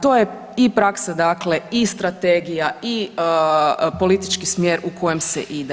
To je i praksa dakle i strategija i politički smjer u kojem se ide.